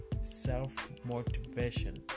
Self-motivation